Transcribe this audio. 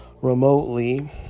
remotely